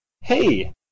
Hey